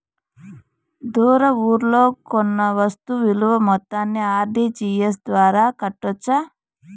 దూర ఊర్లలో కొన్న వస్తు విలువ మొత్తాన్ని ఆర్.టి.జి.ఎస్ ద్వారా కట్టొచ్చా?